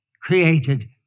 created